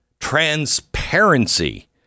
transparency